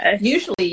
usually